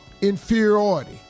inferiority